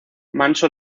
manso